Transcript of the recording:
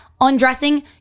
undressing